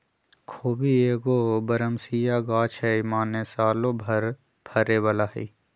खोबि एगो बरमसिया ग़ाछ हइ माने सालो भर फरे बला हइ